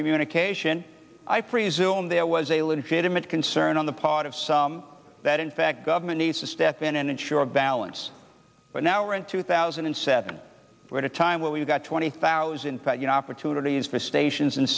communication i presumed there was a legitimate concern on the part of some that in fact government needs to step in and ensure balance but now we're in two thousand and seven we're in a time where we've got twenty thousand fact you know opportunities for stations